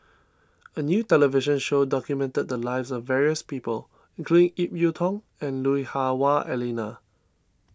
a new television show documented the lives of various people including Ip Yiu Tung and Lui Hah Wah Elena